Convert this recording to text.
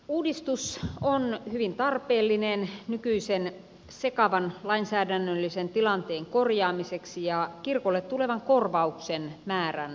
uudistus on hyvin tarpeellinen nykyisen sekavan lainsäädännöllisen tilanteen korjaamiseksi ja kirkolle tulevan korvauksen määrän vakauttamiseksi